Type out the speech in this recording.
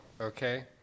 Okay